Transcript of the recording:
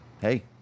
hey